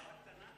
הערה קטנה.